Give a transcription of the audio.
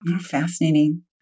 Fascinating